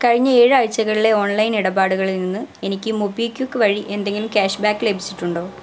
കഴിഞ്ഞ ഏഴ് ആഴ്ച്ചകളിലെ ഓൺലൈൻ ഇടപാടുകളിൽ നിന്ന് എനിക്ക് മൊബിക്വിക്ക് വഴി എന്തെങ്കിലും ക്യാഷ്ബാക്ക് ലഭിച്ചിട്ടുണ്ടോ